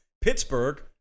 Pittsburgh